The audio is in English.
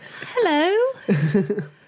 Hello